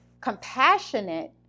compassionate